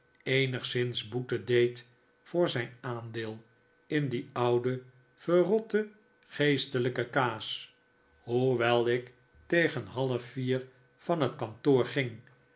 eenigszins boete deed voor zijn aandeel in die oude verrotte geestelijke kaas hoewel ik tegen half vier van het kantoor ging